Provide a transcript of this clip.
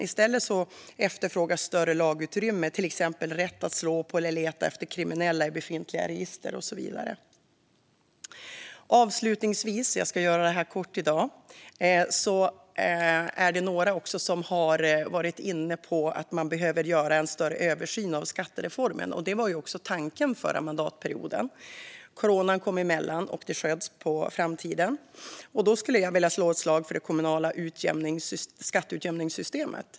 I stället efterfrågas större lagutrymme, till exempel rätt att slå på eller leta efter kriminella i befintliga register. Avslutningsvis - jag ska göra det kort i dag - har några varit inne på att man behöver göra en större översyn av skattereformen. Det var också tanken förra mandatperioden. Coronan kom emellan, och det sköts på framtiden. Då skulle jag vilja slå ett slag för det kommunala skatteutjämningssystemet.